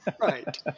right